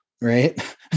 right